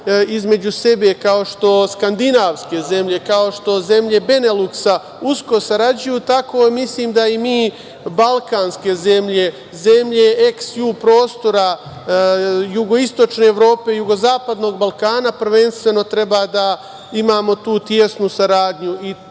između sebe, kao i skandinavske zemlje, kao i što zemlje Beneluksa usko sarađuju, tako mislim da i mi, balkanske zemlje, zemlje eks-ju prostora jugoistočne Evrope i jugozapadnog Balkana prvenstveno treba da imamo tu tesnu saradnju. I ta